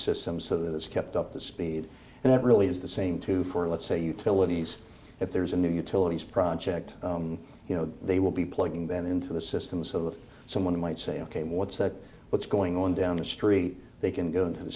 system so that it's kept up to speed and that really is the same too for let's say utilities if there's a new utilities project you know they will be plugging them into the system so that someone might say ok what's that what's going on down the street they can go to th